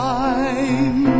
time